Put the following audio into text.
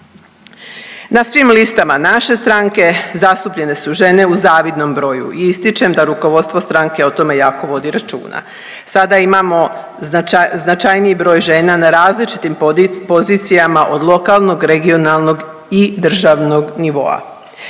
Na svim listama naše stranke zastupljene su žene u zavidnom broju i ističem da rukovodstvo stranke o tome jako vodi računa. Sada imamo značajniji broj žena na različitim pozicijama od lokalnog, regionalnog i državnog nivoa.